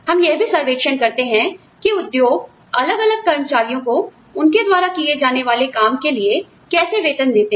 हम यह भी सर्वेक्षण करते हैं कि उद्योग अलग अलग कर्मचारियों को उनके द्वारा किए जाने वाले काम के लिए कैसे वेतन देते हैं